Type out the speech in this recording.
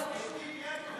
אם ישנים,